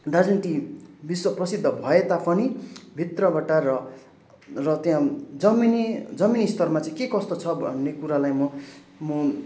Darjeeling tea विश्व प्रसिद्ध भए तापनि भित्रबाट र र त्यहाँ जमिनी जमिनी स्तरमा चाहिँ के कस्तो छ भन्ने कुरालाई म म